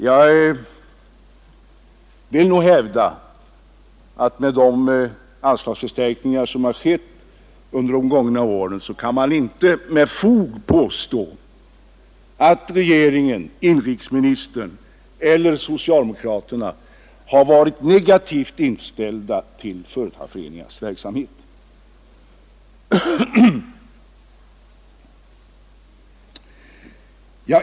Jag vill hävda att med tanke på de anslagsförstärkningar som skett under de gångna åren kan man inte med fog påstå att regeringen, inrikesministern eller utskottet har varit negativt inställda till företagarföreningarnas verksamhet.